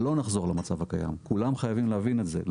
לא נחזור למצב הקיים, כולם חייבים להבין את זה.